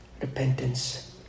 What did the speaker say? repentance